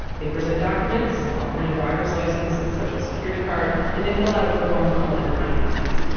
they present documents, often a driver's license and social security card. and they fill out a form called an i nine,